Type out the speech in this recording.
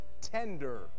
tender